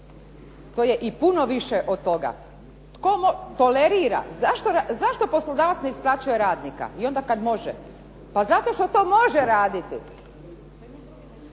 to je i puno više od toga. Tko, tolerira, zašto poslodavac ne isplaćuje radnika, i onda kad može? Pa zato što to može raditi.